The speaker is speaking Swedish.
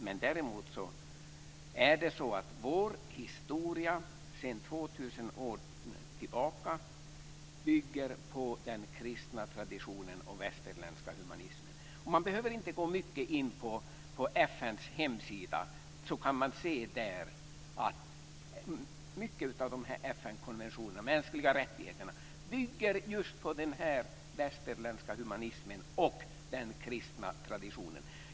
Men däremot bygger vår historia sedan 2 000 år tillbaka på den kristna traditionen och den västerländska humanismen. Och man behöver inte gå in så mycket på FN:s hemsida för att där se att många av dessa FN-konventioner om mänskliga rättigheter bygger just på denna västerländska humanism och den kristna traditionen.